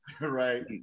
Right